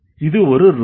இது ஒரு ரூல்